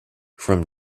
from